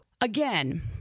again